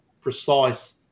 precise